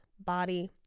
body